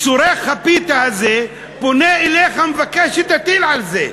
צורך הפיתה הזה, פונה אליך ומבקש שתטיל על זה.